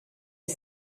est